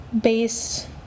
based